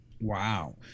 Wow